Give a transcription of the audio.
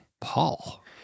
Paul